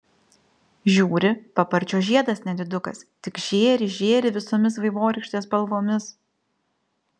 žiūri paparčio žiedas nedidukas tik žėri žėri visomis vaivorykštės spalvomis